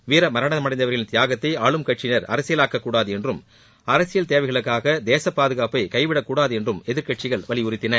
வீரமரணமடைந்தவர்களின் தியாகத்தை ஆளும் கட்சியினர் அரசியலாக்கக்கூடாது என்று அரசியல் தேவைகளுக்காக தேசப்பாதுகாப்பை கைவிடக்கூடாது என்று எதிர்க்கட்சிகள் வலியுறுத்தின